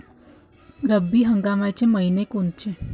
रब्बी हंगामाचे मइने कोनचे?